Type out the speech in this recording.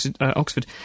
Oxford